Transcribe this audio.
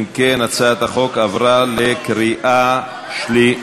אם כן, הצעת החוק עברה בקריאה שלישית.